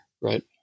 right